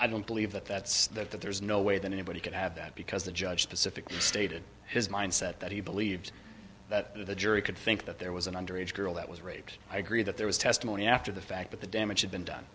i don't believe that that's that that there's no way that anybody could have that because the judge specifically stated his mindset that he believed that the jury could think that there was an underage girl that was raped i agree that there was testimony after the fact that the damage had been done